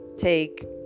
take